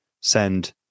send